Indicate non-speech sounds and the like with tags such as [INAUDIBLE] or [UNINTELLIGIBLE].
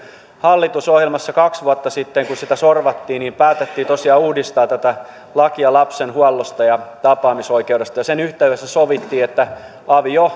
hallitusohjelmassa kaksi vuotta sitten kun sitä sorvattiin päätettiin tosiaan uudistaa tätä lakia lapsen huollosta ja tapaamisoikeudesta sen yhteydessä sovittiin että avio [UNINTELLIGIBLE]